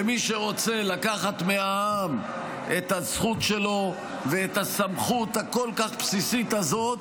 ומי שרוצה לקחת מהעם את הזכות שלו ואת הסמכות הכל-כך בסיסית הזאת,